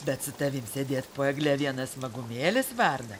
bet su tavim sėdėt po egle vienas smagumėlis varna